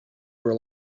were